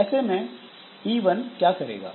ऐसे में P1 क्या करेगा